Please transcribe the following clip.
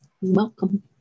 welcome